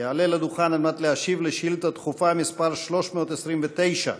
יעלה לדוכן להשיב על שאילתה דחופה מס' 329,